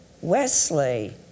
Wesley